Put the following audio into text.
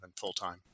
full-time